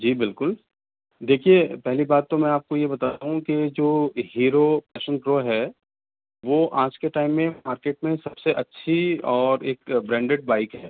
جی بالکل دیکھیئے پہلی بات تو میں آپ کو یہ بتا دوں کہ جو ہیرو پیشن پرو ہے وہ آج کے ٹائم میں مارکیٹ میں سب سے اچھی اور ایک برانڈیڈ بائک ہے